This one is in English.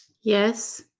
Yes